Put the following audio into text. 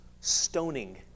stoning